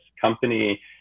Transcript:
company